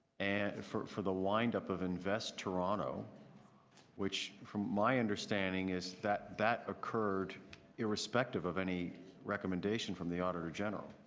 and for for the wind up of invest toronto which from my understanding is that that occurred irrespective of any recommendation from the auditor general.